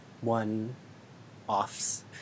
one-offs